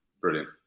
brilliant